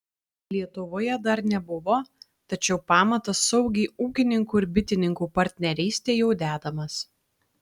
lietuvoje dar nebuvo tačiau pamatas saugiai ūkininkų ir bitininkų partnerystei jau dedamas